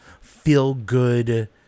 feel-good